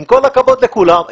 עם כל הכבוד לכולם,